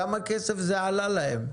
כמה כסף זה עלה להם?